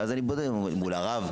ואז אני בודק מול הרב.